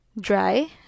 dry